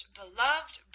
beloved